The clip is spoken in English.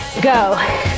Go